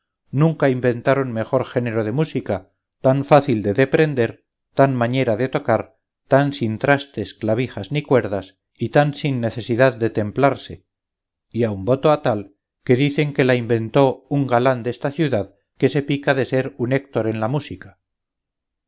nunca inventaron mejor género de música tan fácil de deprender tan mañera de tocar tan sin trastes clavijas ni cuerdas y tan sin necesidad de templarse y aun voto a tal que dicen que la inventó un galán desta ciudad que se pica de ser un héctor en la música